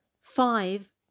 Five